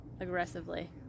Aggressively